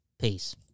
Peace